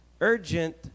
urgent